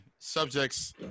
subjects